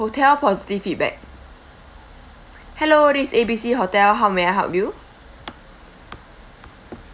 hotel positive feedback hello is A B C hotel how may I help you